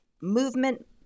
movement